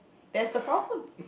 that's the problem